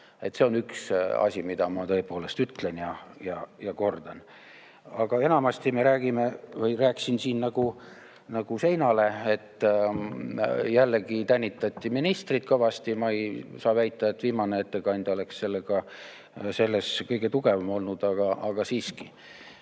See on üks asi, mida ma tõepoolest ütlen ja kordan. Aga enamasti ma rääkisin siin nagu seinale. Jällegi tänitati ministrit kõvasti. Ma ei saa väita, et viimane ettekandja oleks selles kõige tugevam olnud, aga siiski.